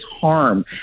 harm